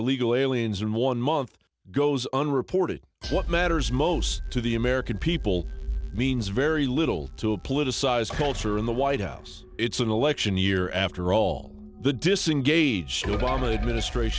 illegal aliens in one month goes unreported what matters most to the american people means very little to a politicized culture in the white house it's an election year after all the disengaged obama administrati